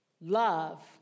Love